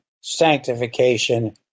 sanctification